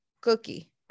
cookie